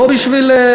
לא בשביל,